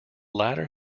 latter